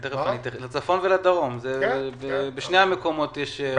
בצפון ובדרום יש חסר.